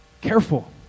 careful